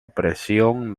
presión